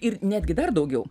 ir netgi dar daugiau